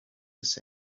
this